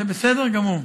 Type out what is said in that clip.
זה בסדר גמור.